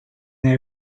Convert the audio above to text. they